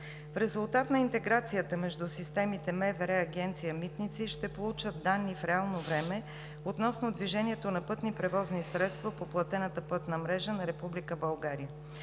В резултат на интеграцията между системите, МВР и Агенция „Митници“ ще получат данни в реално време относно движението на пътни превозни средства по платената пътна мрежа на